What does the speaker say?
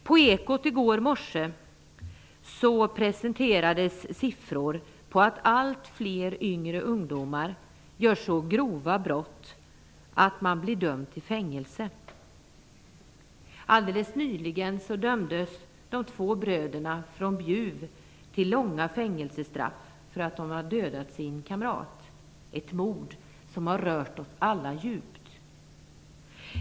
På Ekot i går morse presenterades siffror på att allt fler yngre ungdomar begår så grova brott att de döms till fängelse. Alldeles nyligen dömdes de två bröderna från Bjuv till långa fängelsestraff för att de hade dödat sin kamrat, ett mord som har berört oss alla djupt.